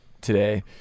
today